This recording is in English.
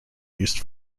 used